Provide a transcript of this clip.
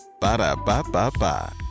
Ba-da-ba-ba-ba